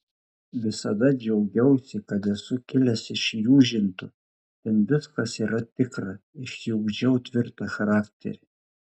visada džiaugiausi kad esu kilęs iš jūžintų ten viskas yra tikra išsiugdžiau tvirtą charakterį